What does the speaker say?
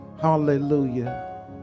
Hallelujah